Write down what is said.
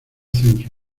centro